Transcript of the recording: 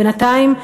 בינתיים,